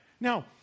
Now